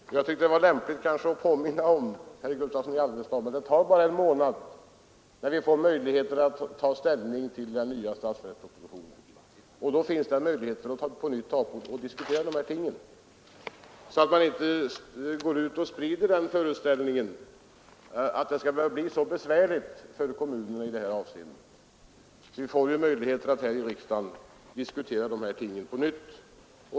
Jag tyckte att det var lämpligt att påminna herr Gustavsson om att det bara tar en månad till dess att vi får möjligheter att ta ställning till den nya statsverkspropositionen. Då har vi tillfälle att på nytt diskutera dessa frågor. Man behöver därför inte fortsätta att sprida den föreställningen att det nödvändigtvis skall bli så besvärligt för kommunerna i detta avseende. Vi får ju möjligheter att här i riksdagen diskutera detta på nytt.